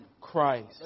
Christ